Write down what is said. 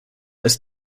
ist